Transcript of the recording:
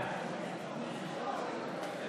בעד שמחה רוטמן, נגד יעל רון בן משה,